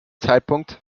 zeitpunkt